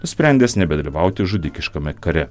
nusprendęs nebedalyvauti žudikiškame kare